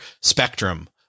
spectrum